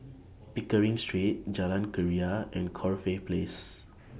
Pickering Street Jalan Keria and Corfe Place